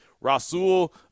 Rasul